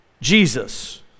Jesus